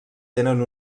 tenen